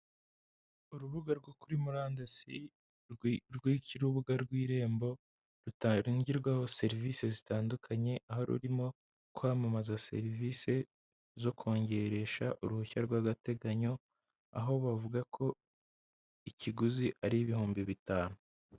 Urubuga rwo kuri murandasI rw'ikibuga rw'Irembo rutangirwaho serivisi zitandukanye, aho rurimo kwamamaza serivisi zo kongeresha uruhushya rw'agateganyo, aho bavuga ko ikiguzi ari ibihumbi bitanu.